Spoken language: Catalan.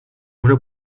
una